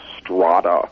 strata